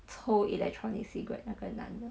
抽 electronic cigarette 那个男的